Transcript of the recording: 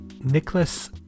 Nicholas